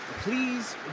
Please